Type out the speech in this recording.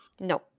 No